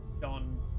Don